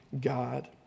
God